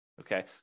okay